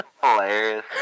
Hilarious